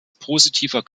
positiver